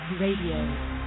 Radio